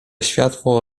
światło